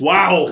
Wow